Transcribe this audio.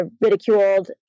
ridiculed